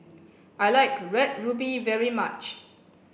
I like red ruby very much